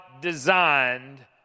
designed